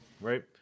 right